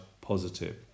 positive